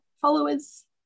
followers